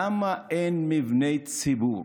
למה אין מבני ציבור?